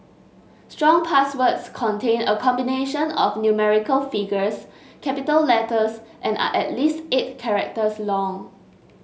strong passwords contain a combination of numerical figures capital letters and are at least eight characters long